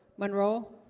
monroe